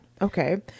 okay